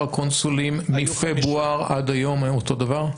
הקונסולים מפברואר עד היום היה אותו דבר?